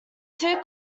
two